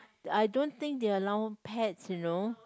I don't think they allow pets you know